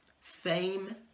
fame